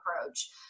approach